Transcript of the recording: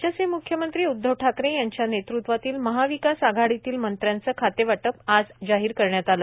राज्याचे मुख्यमंत्री उद्वव ठाकरे यांच्या नेतृत्वातील महाविकास आघाडीतील मंत्र्यांचं खातेवाटप आज जाहीर करण्यात आलं